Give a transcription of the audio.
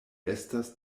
estas